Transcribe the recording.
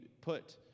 put